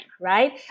right